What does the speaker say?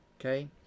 Okay